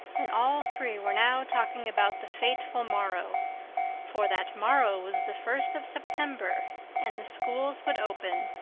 and all three were now talking about the fateful morrow for that morrow was the first of september and the schools would open.